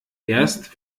erst